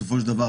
בסופו של דבר,